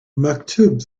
maktub